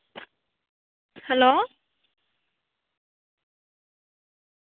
hello